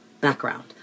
Background